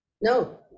No